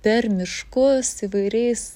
per miškus įvairiais